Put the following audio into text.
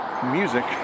music